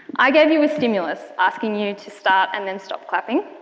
i gave you a stimulus, asking you to start and then stop clapping,